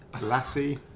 Lassie